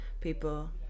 people